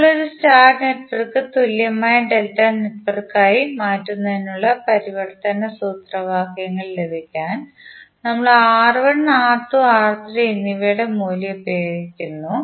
ഇപ്പോൾ ഒരു star network തുല്യമായ ഡെൽറ്റാ നെറ്റ്വർക്കാക്കി മാറ്റുന്നതിനുള്ള പരിവർത്തന സൂത്രവാക്യങ്ങൾ ലഭിക്കാൻ നമ്മൾ R1 R2 R3 എന്നിവയുടെ മൂല്യം ഉപയോഗിക്കുന്നു